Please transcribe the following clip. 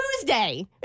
Tuesday